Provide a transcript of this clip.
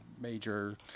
major